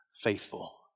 faithful